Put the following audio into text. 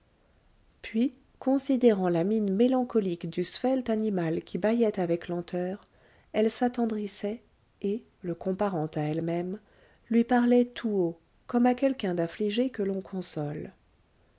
puis considérant la mine mélancolique du svelte animal qui bâillait avec lenteur elle s'attendrissait et le comparant à elle-même lui parlait tout haut comme à quelqu'un d'affligé que l'on console